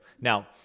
Now